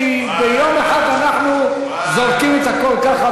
כי ביום אחד אנחנו זורקים את הכול ככה,